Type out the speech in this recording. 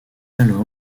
alors